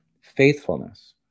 faithfulness